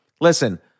listen